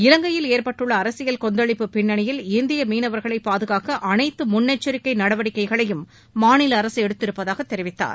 இலங்கையில் ஏற்பட்டுள்ள அரசியல் கொந்தளிப்பு பின்னணியில் இந்திய மீனவர்களை பாதுகாக்க அனைத்து முன்னெச்சரிக்கை நடவடிக்கைகளையும் மாநில அரசு எடுத்திருப்பதாகத் தெரிவித்தார்